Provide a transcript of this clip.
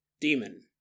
demon